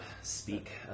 speak